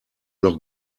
noch